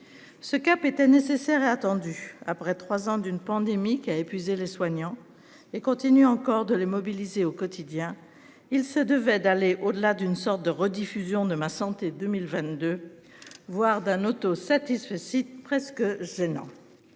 Ce cap était nécessaire et attendu après 3 ans d'une pandémie qui a épuisé les soignants et continue encore de les mobiliser au quotidien, il se devait d'aller au-delà d'une sorte de rediffusion de ma santé 2022 voire d'un auto-satisfecit presque gênant.